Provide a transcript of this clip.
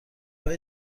های